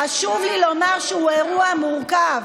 חשוב לי לומר שהוא אירוע מורכב.